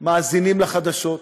מאזינים לחדשות,